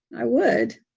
i would.